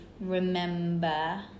remember